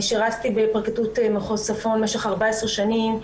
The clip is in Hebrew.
שירתי בפרקליטות מחוז צפון במשך 14 שנים,